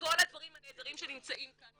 בכל הדברים הנהדרים שנמצאים כאן,